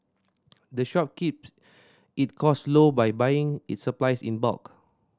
the shop keeps it cost low by buying its supplies in bulk